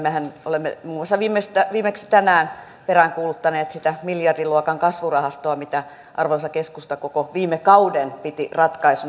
mehän olemme muun muassa viimeksi tänään peräänkuuluttaneet sitä miljardin luokan kasvurahastoa mitä arvoisa keskusta koko viime kauden piti ratkaisuna